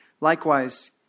Likewise